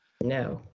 no